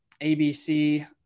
ABC